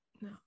No